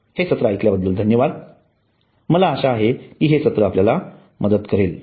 हे सत्र ऐकल्याबद्दल धन्यवाद मला आशा आहे की हे सत्र आपल्याला मदत करेल